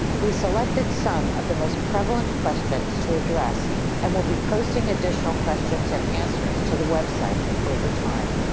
we selected some of the most prevalent questions to address and will be posting additional questions and answers to the website over time.